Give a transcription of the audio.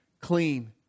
clean